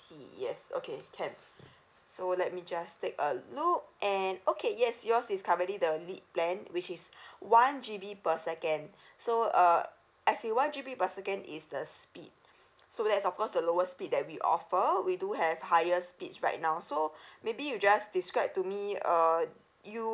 yes okay can so let me just take a look and okay yes yours is currently the lead plan which is one G_B per second so uh as in one G_B per second is the speed so that's of course the lowest speed that we offer we do have higher speeds right now so maybe you just describe to me uh you